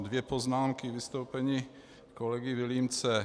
Dvě poznámky k vystoupení pana kolegy Vilímce.